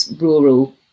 rural